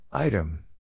Item